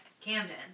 Camden